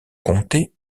comté